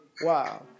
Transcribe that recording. wow